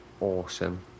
awesome